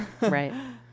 right